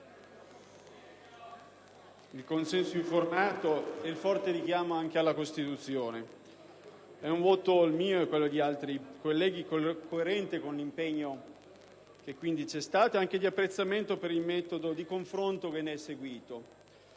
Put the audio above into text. il consenso informato ed un forte richiamo anche alla Costituzione. Il mio voto di astensione, e quello di altri colleghi, è coerente con l'impegno che c'è stato ed è anche di apprezzamento per il metodo di confronto che ne è seguito;